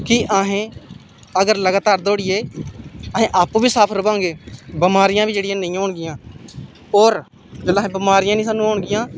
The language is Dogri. कि असें अगर लगातार दौड़िये असें आपूं बी साफ रवा गे बमारियां बी जेह्ड़ी नेईं होन गेइयां होर जिसलै अस बमारियां नेईं सानूं होन गियां